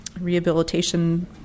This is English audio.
Rehabilitation